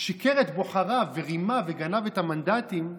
שיקר את בוחריו בהם, רימה וגנב את המנדטים,